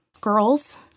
Girls